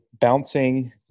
bouncing